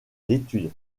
l’étude